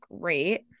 great